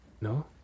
No